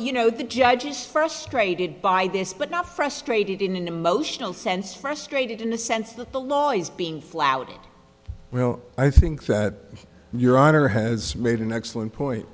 you know the judges first raided by this but not frustrated and emotional sense frustrated in the sense that the law is being flouted well i think that your honor has made an excellent point